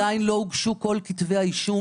עדיין לא הוגשו כל כתבי האישום.